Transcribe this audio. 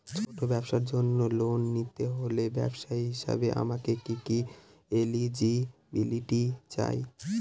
ছোট ব্যবসার জন্য লোন নিতে হলে ব্যবসায়ী হিসেবে আমার কি কি এলিজিবিলিটি চাই?